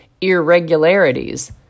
irregularities